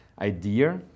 idea